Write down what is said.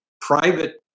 private